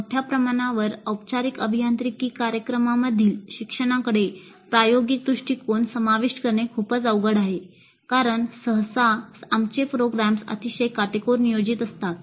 मोठ्या प्रमाणावर औपचारिक अभियांत्रिकी कार्यक्रमांमधील शिक्षणाकडे प्रायोगिक दृष्टिकोन समाविष्ट करणे खूपच अवघड आहे कारण सहसा आमचे प्रोग्राम्स अतिशय काटेकोर नियोजित असतात